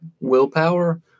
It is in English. willpower